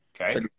Okay